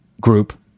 group